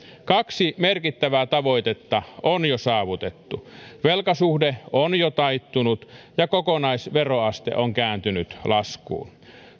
kaksi merkittävää tavoitetta on jo saavutettu velkasuhde on jo taittunut ja kokonaisveroaste on kääntynyt laskuun